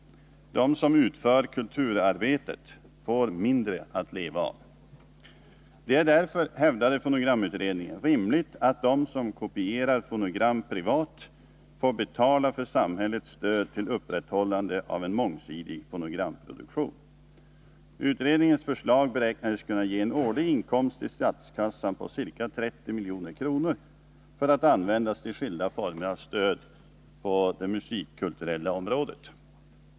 De som utför kulturarbetet får mindre att leva av. Det är därför, hävdade fonogramutredningen, rimligt att de som kopierar fonogram privat får betala för samhällets stöd till upprätthållande av en mångsidig fonogramproduktion. Utredningens förslag beräknades kunna ge en årlig inkomst till statskassan på ca 30 milj.kr. att användas till skilda former av stöd på det musikkulturella området.